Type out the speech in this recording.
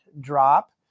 drop